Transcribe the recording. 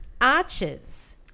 arches